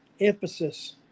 emphasis